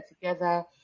together